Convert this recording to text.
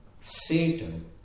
Satan